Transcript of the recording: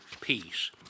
peace